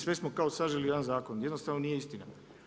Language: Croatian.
Sve smo kao saželi u jedan zakon, jednostavno nije istina.